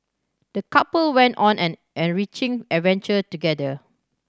the couple went on an enriching adventure together